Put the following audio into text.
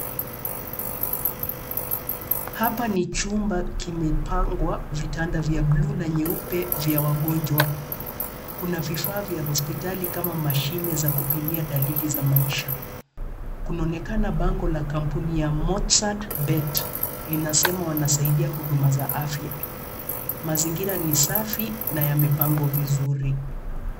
Hapa ni chumba kimepangwa vitanda vya buluu na nyeupe vya wagonjwa. Kuna vifaa vya hospitali kama mashine za kupimia dalili za maisha. Kunaonekana bango la kampuni ya Mozzart bet linasema wanasaidia huduma za afya. Mazingira ni safi na yamepangwa vizuri.